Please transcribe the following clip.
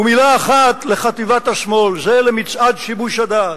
ומלה אחת לחטיבת השמאל, זה למצעד שיבוש הדעת,